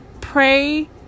Pray